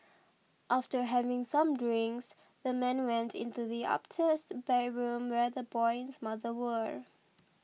after having some drinks the man went into the upstairs bedroom where the boy and his mother were